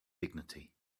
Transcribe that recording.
dignity